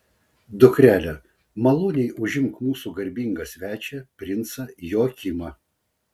dukrele maloniai užimk mūsų garbingą svečią princą joakimą